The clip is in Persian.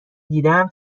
دیدم